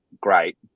Great